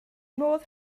modd